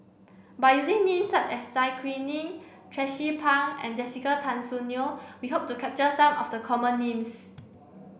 by using names such as Zai Kuning Tracie Pang and Jessica Tan Soon Neo we hope to capture some of the common names